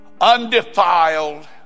undefiled